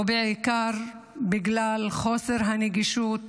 ובעיקר בגלל חוסר הנגישות